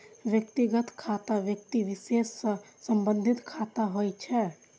व्यक्तिगत खाता व्यक्ति विशेष सं संबंधित खाता होइ छै